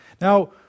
Now